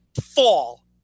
fall